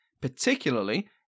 particularly